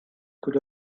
could